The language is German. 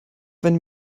wenn